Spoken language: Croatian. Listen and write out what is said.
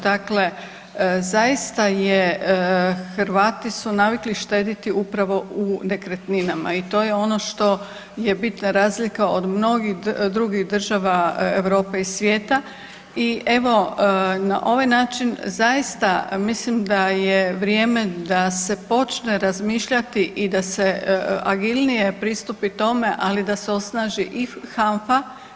Dakle, zaista je Hrvati su navikli štediti upravo u nekretninama i to je ono što je bitna razlika od mnogih drugih država Europe i svijeta i evo na ovaj način zaista mislim da je vrijeme da se počne razmišljati i da se agilnije pristupit tome, ali da se osnaži i HANFA.